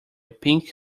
pink